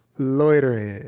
loitering